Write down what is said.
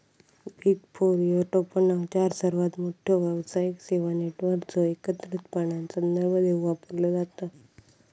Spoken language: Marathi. बिग फोर ह्यो टोपणनाव चार सर्वात मोठ्यो व्यावसायिक सेवा नेटवर्कचो एकत्रितपणान संदर्भ देवूक वापरलो जाता